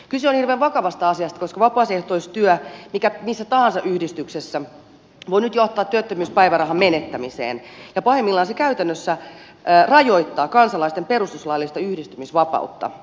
kyse on hirveän vakavasta asiasta koska vapaaehtoistyö missä tahansa yhdistyksessä voi nyt johtaa työttömyyspäivärahan menettämiseen ja pahimmillaan se käytännössä rajoittaa kansalaisten perustuslaillista yhdistymisvapautta